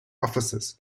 officers